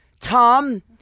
Tom